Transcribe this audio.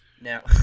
Now